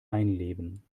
einleben